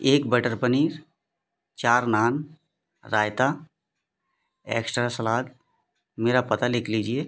एक बटर पनीर चार naan raita extra salad मेरा पता लिख लीजिए